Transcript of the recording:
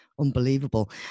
unbelievable